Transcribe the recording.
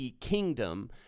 Kingdom